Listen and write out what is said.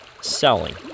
selling